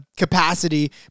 capacity